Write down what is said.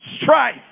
strife